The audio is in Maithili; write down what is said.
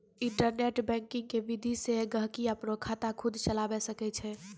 इन्टरनेट बैंकिंग के विधि से गहकि अपनो खाता खुद चलावै सकै छै